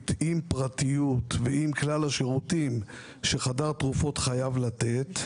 עם פרטיות ועם כלל השירותים שחדר תרופות חייב לתת.